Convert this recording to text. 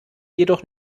jedoch